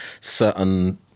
certain